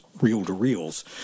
reel-to-reels